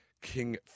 King